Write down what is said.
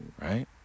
right